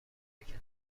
شرکتی